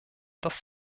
das